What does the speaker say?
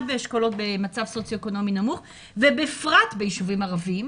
באשכולות במצב סוציו-אקונומי נמוך ובפרט ביישובים ערבים.